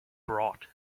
brought